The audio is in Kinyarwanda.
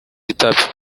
itapi